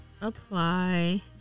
apply